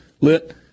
lit